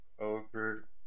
over